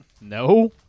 no